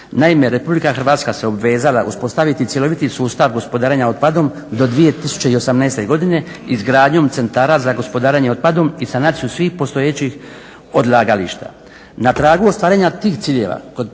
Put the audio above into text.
Naime RH se obvezala uspostaviti cjeloviti sustav gospodarenja otpadom do 2018. Godine izgradnjom centara za gospodarenje otpadom i sanaciju svih postojećih odlagališta. Na tragu ostvarenja tih ciljeva